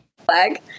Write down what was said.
Flag